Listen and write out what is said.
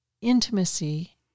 intimacy